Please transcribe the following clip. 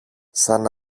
σαν